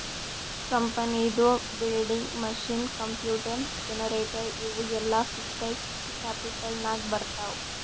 ಕಂಪನಿದು building, machine, computer, generator ಇವು ಎಲ್ಲಾ ಫಿಕ್ಸಡ್ ಕ್ಯಾಪಿಟಲ್ ನಾಗ್ ಬರ್ತಾವ್